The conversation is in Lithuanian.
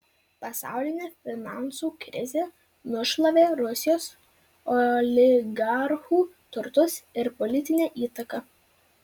pasaulinė finansų krizė nušlavė rusijos oligarchų turtus ir politinę įtaką